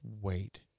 wait